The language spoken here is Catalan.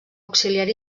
auxiliar